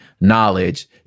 knowledge